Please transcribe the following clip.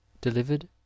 delivered